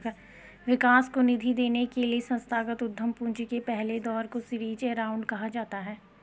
विकास को निधि देने के लिए संस्थागत उद्यम पूंजी के पहले दौर को सीरीज ए राउंड कहा जाता है